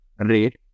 Rate